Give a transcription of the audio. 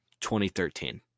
2013